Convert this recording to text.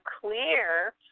clear